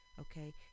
okay